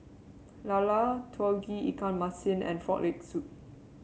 lala Tauge Ikan Masin and Frog Leg Soup